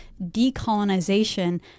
decolonization